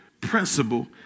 principle